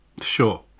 Sure